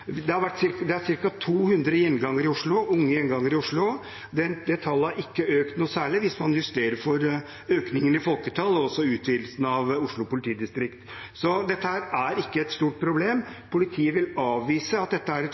Det er ca. 200 unge gjengangere i Oslo. Det tallet har ikke økt noe særlig hvis man justerer for økningen i folketall og også utvidelsen av Oslo politidistrikt. Så dette er ikke et stort problem. Politiet vil avvise at dette er et